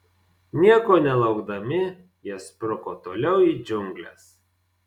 nieko nelaukdami jie spruko toliau į džiungles